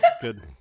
Good